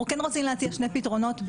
אנחנו רוצים להציע שני פתרונות,